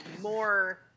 more